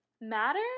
matter